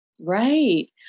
Right